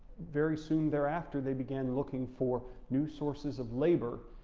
very soon thereafter, they began looking for new sources of labor.